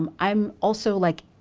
um i'm also like,